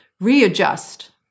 readjust